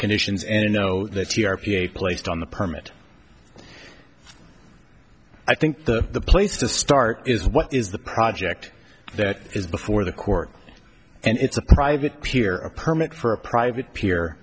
conditions and i know that t r p a placed on the permit i think the place to start is what is the project that is before the court and it's a private pier a permit for a private p